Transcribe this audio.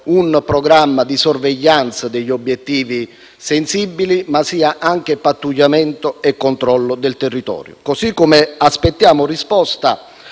un programma di sorveglianza degli obiettivi sensibili, ma sia anche pattugliamento e controllo del territorio. Così come aspettiamo risposta